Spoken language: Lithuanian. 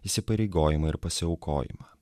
įsipareigojimą ir pasiaukojimą